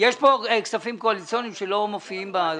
יש פה כספים קואליציוניים שלא מופיעים?